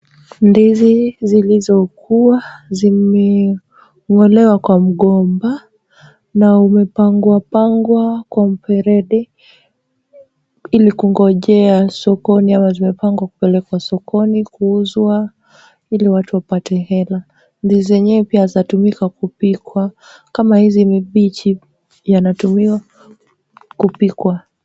Ndizi zilizokuwa zimeng'olewa kwa mgomba na umepangwa pangwa kwa mferede ili kungojea sokoni ama zimepangwa kupelekwa sokoni kuuzwa ili watu wapate hela. Ndizi zenyewe pia zatumika kupikwa kama hizi ni mbichi yanatumiwa kupikwa.